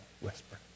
whisper